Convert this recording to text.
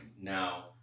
Now